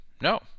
No